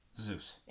Zeus